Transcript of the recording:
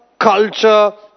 culture